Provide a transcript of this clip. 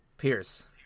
Pierce